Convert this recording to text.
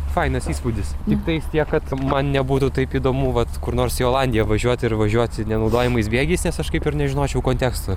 fainas įspūdis tiktais tiek kad man nebūtų taip įdomu vat kur nors į olandiją važiuoti ir važiuoti nenaudojamais bėgiais nes aš kaip ir nežinočiau konteksto